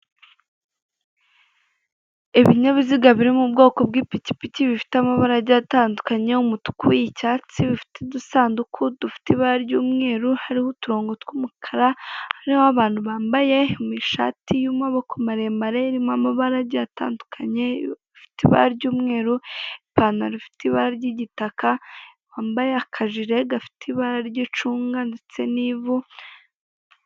Ibinyabiziga biri mu bwoko bw'ipikipiki bifite amabara agiye atandukanye umutuku, icyatsi bifite udusanduku dufite ibara ry'umweru hariho uturongo tw'umukara hariho abantu bambaye ishati y'amaboko maremare irimo amabara agiye atandukanye ifite ibara ry'umweru, ipantaro ifite ibara ry'igitaka wambaye akajire gafite ibara ry'icunga ndetse n'ivu.